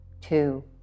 Two